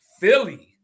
Philly